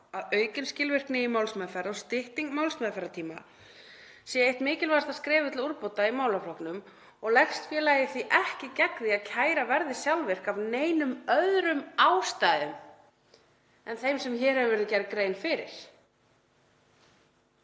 að aukin skilvirkni í málsmeðferð og stytting málsmeðferðartíma sé eitt mikilvægasta skrefið til úrbóta í málaflokknum og leggst félagið því ekki gegn því að kæra verði sjálfvirk af neinum öðrum ástæðum en þeim sem hér hefur verið gerð grein fyrir.